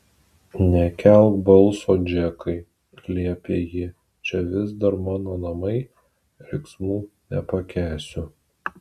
nekelk balso džekai liepė ji čia vis dar mano namai riksmų nepakęsiu